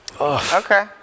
Okay